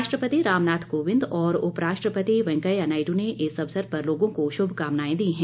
राष्ट्रपति रामनाथ कोविंद और उप राष्ट्रपति वैंकेया नायडू ने इस अवसर पर लोगों को शुभकामनाए दी हैं